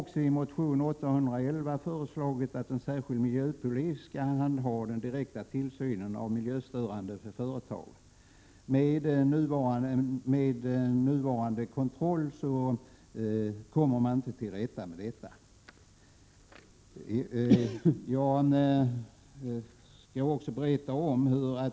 I motion Jo811 har jag föreslagit att en särskild miljöpolis skall handha den direkta tillsynen av miljöstörande företag. Med nuvarande kontroll kommer man inte till rätta med detta.